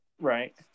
Right